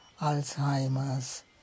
Alzheimer's